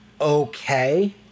okay